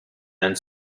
and